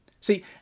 See